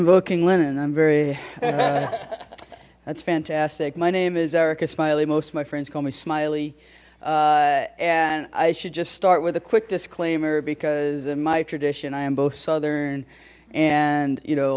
invoking linen i'm very that's fantastic my name is erica smiley most of my friends call me smiley and i should just start with a quick disclaimer because in my tradition i am both southern and you know a